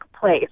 place